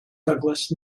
douglas